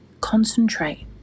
Concentrate